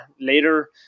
later